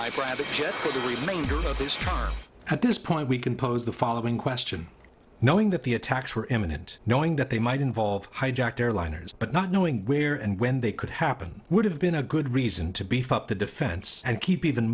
time at this point we can pose the following question knowing that the attacks were imminent knowing that they might involve hijacked airliners but not knowing where and when they could happen would have been a good reason to beef up the defense and keep even